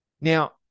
Now